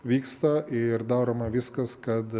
vyksta ir daroma viskas kad